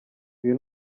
uyu